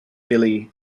billy